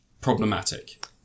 problematic